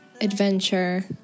adventure